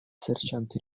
serĉante